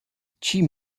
chi